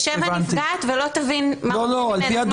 הנפגעת תשב ולא תבין מה רוצים ממנה.